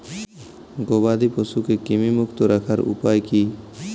গবাদি পশুকে কৃমিমুক্ত রাখার উপায় কী?